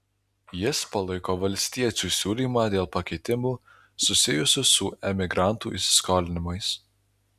jis palaiko valstiečių siūlymą dėl pakeitimų susijusių su emigrantų įsiskolinimais